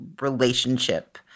relationship